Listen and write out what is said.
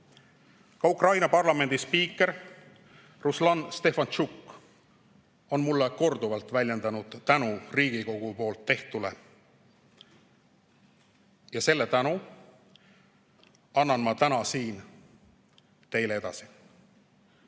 Ka Ukraina parlamendi spiiker Ruslan Stefantšuk on mulle korduvalt väljendanud tänu Riigikogu tehtule. Selle tänu annan ma täna siin teile edasi. Ent